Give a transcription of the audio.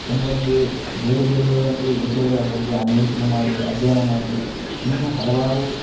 ಎಂಬಂತೆ ಬೇರೆ ಬೇರೆಯ ಒಂದು ವಿಷಯಗಳ ಬಗ್ಗೆ ಅನ್ವೇಷಣೆ ಮಾಡಿ ಅಧ್ಯಯನ ಮಾಡಿ ಇನ್ನು ಹಲವಾರು